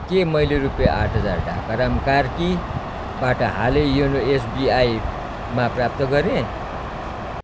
के मैले रुपियाँ आठ हजार ढाकाराम कार्कीबाट हालै योनो एसबिआईमा प्राप्त गरेँ